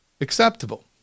acceptable